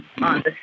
on